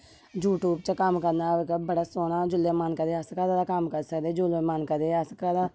YouTube च कम्म करना बड़ा सोहना जिसले मन करै अस उसले गै कम्म करी सकदे जिसले मन करै